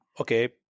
okay